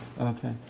Okay